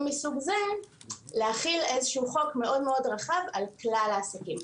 מסוג זה להחיל חוק מאוד מאוד רחב על כלל העסקים.